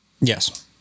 Yes